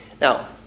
Now